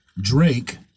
drake